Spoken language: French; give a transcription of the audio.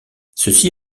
ceci